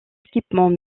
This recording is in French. équipements